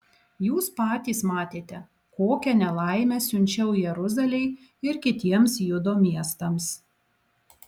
jūs patys matėte kokią nelaimę siunčiau jeruzalei ir kitiems judo miestams